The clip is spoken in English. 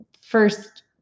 first